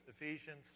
Ephesians